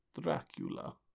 Dracula